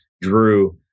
Drew